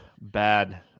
bad